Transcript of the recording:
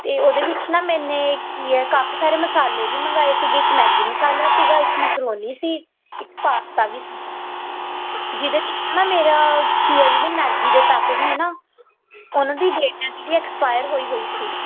ਅਤੇ ਉਹਦੇ ਵਿੱਚ ਨਾ ਮੈਨੇ ਕੀ ਹੈ ਕਾਫੀ ਸਾਰੇ ਮਸਾਲੇ ਵੀ ਮੰਗਵਾਏ ਸੀਗੇ ਇੱਕ ਮੈਗੀ ਮਸਾਲਾ ਸੀਗਾ ਇੱਕ ਮੈਕਰੋਨੀ ਸੀ ਇੱਕ ਪਾਸਤਾ ਵੀ ਸੀ ਜਿਹਦੇ ਵਿੱਚ ਨਾ ਮੇਰਾ ਕੀ ਹੈ ਜਿਹੜੇ ਮੈਗੀ ਦੇ ਪੈਕਟ ਨੇ ਨਾ ਉਹਨਾਂ ਦੀ ਡੇਟਾਂ ਕੀ ਹੈ ਐਕਸਪਾਇਰ ਹੋਈ ਹੋਈ ਸੀ